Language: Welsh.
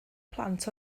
plant